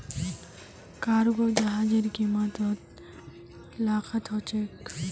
cargo जहाजेर कीमत त लाखत ह छेक